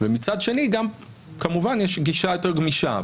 ומצד שני כמובן יש גישה יותר גמישה,